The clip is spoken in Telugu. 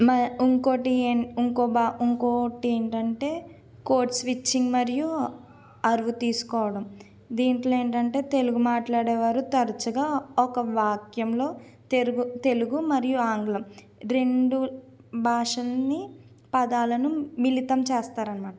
మా ఇంకొకటి ఇంకొకటి ఏంటంటే కోడ్ స్విచ్చింగ్ మరియు అరువు తీసుకోవడం దీంట్లో ఏంటంటే తెలుగు మాట్లేడేవారు తరుచుగా ఒక వాక్యంలో తెరుగు తెలుగు మరియు ఆంగ్లం రెండు భాషాల్ని పదాలను మిళితం చేస్తారు అనమాట